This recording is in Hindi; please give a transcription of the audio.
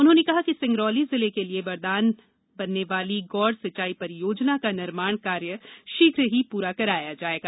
उन्होंने कहा कि सिंगरौली जिले के लिए बरदान बनने वाली गौंड़ सिंचाई परियोजना का निर्माण कार्य शीघ्र पूरा कराया जायेगा